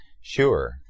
Sure